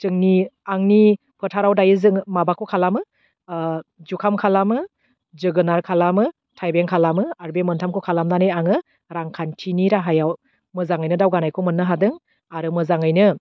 जोंनि आंनि फोथाराव दायो जों माबाखौ खालामो ओह जुखाम खालामो जोगोनार खालामो थाइबें खालामो आर बे मोनथामखौ खालामनानै आङो रांखान्थिनि राहायाव मोजाङैनो दावगानायखौ मोननो हादों आरो मोजाङैनो